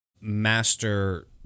master